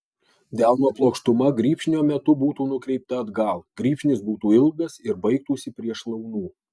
delno plokštuma grybšnio metu būtų nukreipta atgal grybšnis būtų ilgas ir baigtųsi prie šlaunų